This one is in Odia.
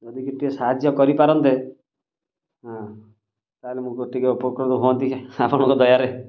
ଯଦି ଟିକେ ସାହାଯ୍ୟ କରିପାରନ୍ତେ ହଁ ତାହେଲେ ମୁଁ ଟିକେ ଉପକୃତ ହୁଅନ୍ତି ଅପଣଙ୍କ ଦୟାରେ